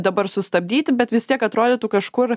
dabar sustabdyti bet vis tiek atrodytų kažkur